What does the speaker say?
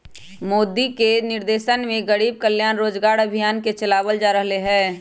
मोदी के निर्देशन में गरीब कल्याण रोजगार अभियान के चलावल जा रहले है